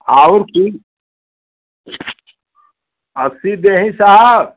और ठीक अस्सी देही साहब